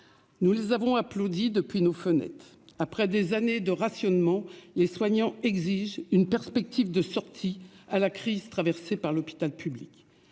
nous les avons applaudis depuis nos fenêtres ! Après des années de rationnement, les soignants exigent une perspective de sortie de la crise traversée par l'hôpital public.